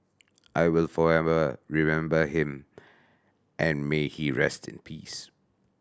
I will forever remember him and may he rest in peace